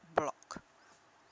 block